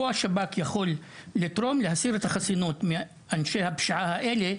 כך שתרומת השב״כ פה יכולה להיות בהסרת החסינות מאנשי הפשיעה האלה,